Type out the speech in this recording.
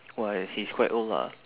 !wah! he's quite old lah